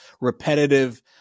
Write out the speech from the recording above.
repetitive